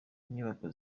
inyubako